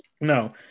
No